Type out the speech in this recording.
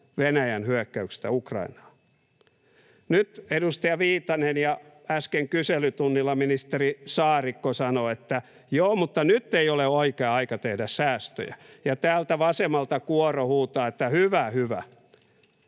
Venäjän hyökkäyksestä Ukrainaan. Nyt edustaja Viitanen ja äsken kyselytunnilla ministeri Saarikko sanoivat, että joo, mutta nyt ei ole oikea aika tehdä säästöjä, [Pia Viitanen pyytää